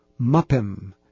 Muppim